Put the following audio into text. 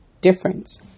Difference